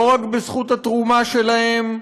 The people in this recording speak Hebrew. לא רק בזכות התרומה שלהם לחברה,